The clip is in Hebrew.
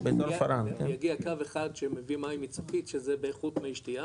באזור פארן יגיע קו אחד שמביא מים מצפית שזה באיכות מי שתייה